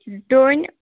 ڈوٗنۍ